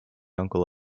uncle